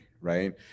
right